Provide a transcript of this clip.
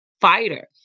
fighter